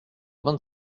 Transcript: vingt